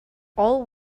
all